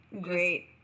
Great